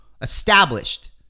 established